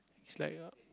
it's like a